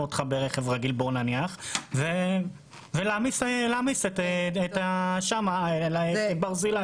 אותך ברכב רגיל ולהעמיס על בית חולים ברזילי?